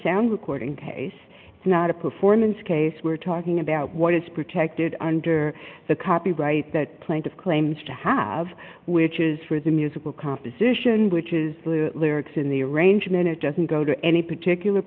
sound recording case it's not a performance case we're talking about what is protected under the copyright that plaintive claims to have which is for the musical composition which is the lyrics in the arrangement it doesn't go to any particular